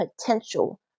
potential